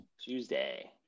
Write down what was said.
Tuesday